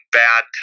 bad